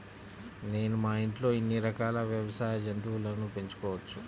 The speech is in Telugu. నేను మా ఇంట్లో ఎన్ని రకాల వ్యవసాయ జంతువులను పెంచుకోవచ్చు?